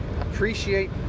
appreciate